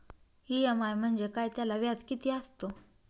EMI म्हणजे काय? त्याला व्याज किती असतो?